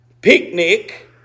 picnic